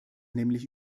nämlich